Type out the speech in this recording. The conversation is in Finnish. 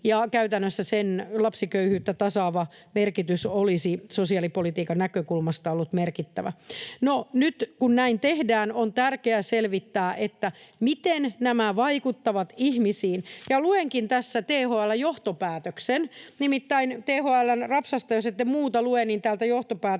Käytännössä sen lapsiköyhyyttä tasaava merkitys olisi sosiaalipolitiikan näkökulmasta ollut merkittävä. No, nyt kun näin tehdään, on tärkeää selvittää, miten nämä vaikuttavat ihmisiin. Luenkin tässä THL:n johtopäätöksen. Nimittäin jos ette THL:n rapsasta muuta lue, täällä johtopäätöksissä